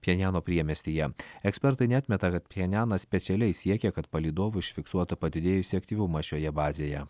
pchenjano priemiestyje ekspertai neatmeta kad pchenjanas specialiai siekia kad palydovų užfiksuotą padidėjusį aktyvumą šioje bazėje